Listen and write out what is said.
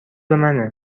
منه